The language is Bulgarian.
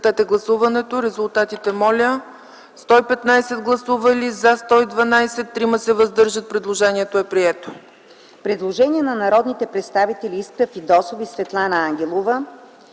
Предложението е прието.